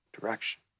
direction